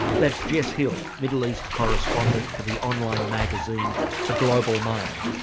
that's jess hill middle east correspondent for the online magazine the global mail.